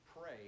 pray